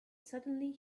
suddenly